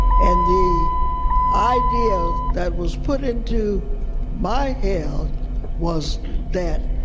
and the idea that was put into my head was that